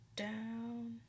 Down